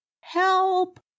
help